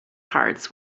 hearts